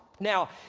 Now